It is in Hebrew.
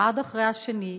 אחד אחרי השני,